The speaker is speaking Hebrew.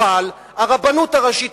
אבל הרבנות הראשית,